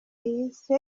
yise